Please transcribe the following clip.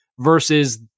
versus